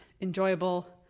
enjoyable